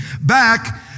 back